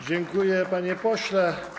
Dziękuję, panie pośle.